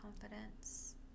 confidence